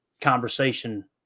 conversation